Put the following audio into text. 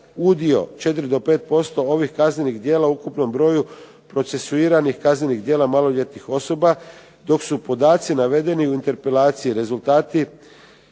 udio 4 do 5% ovih kaznenih djela u ukupnom broju procesuiranih kaznenih djela maloljetnih osoba dok su podaci navedeni u interpelaciji rezultati